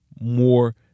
more